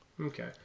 Okay